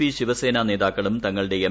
P Shiv Sena നേതാക്കളും തങ്ങളുടെ M